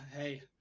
hey